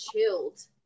chilled